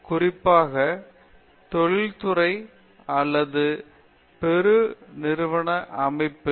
குறிப்பாக தொழில்துறை அல்லது பெருநிறுவன அமைப்பில்